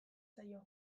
zaio